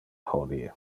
hodie